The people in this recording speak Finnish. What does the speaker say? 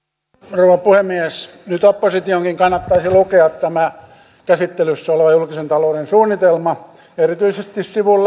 rouva puhemies nyt oppositionkin kannattaisi lukea tämä käsittelyssä oleva julkisen talouden suunnitelma erityisesti sivun